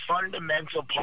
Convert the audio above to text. fundamental